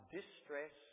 distress